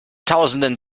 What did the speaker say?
tausenden